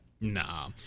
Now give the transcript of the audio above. Nah